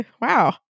Wow